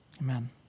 Amen